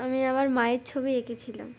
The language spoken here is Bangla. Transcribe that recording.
আমি আমার মায়ের ছবি এঁকেছিলাম